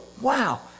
wow